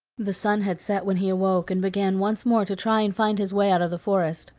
the sun had set when he awoke and began once more to try and find his way out of the forest.